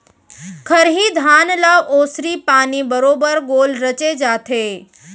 खरही धान ल ओसरी पानी बरोबर गोल रचे जाथे